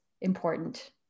important